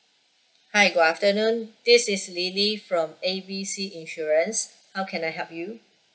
hi good afternoon this is lily from B C insurance how can I help you